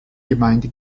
gemeinde